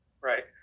Right